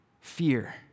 Fear